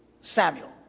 Samuel